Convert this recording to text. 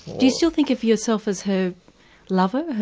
do you still think of yourself as her lover?